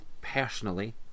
personally